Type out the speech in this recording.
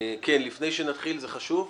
זה חשוב?